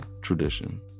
tradition